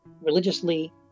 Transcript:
religiously